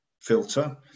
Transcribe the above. filter